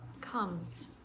comes